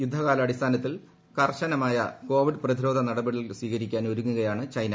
യുദ്ധ്യകാലാടി സ്ഥാനത്തിൽ കർശനമായ കോവിഡ് പ്രതിരോധ ന്ട്പടികൾ സ്വീകരിക്കാൻ ഒരുങ്ങുകയാണ് ചൈന